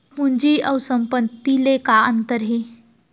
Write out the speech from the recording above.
पूंजी अऊ संपत्ति ले का अंतर हे?